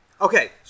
Okay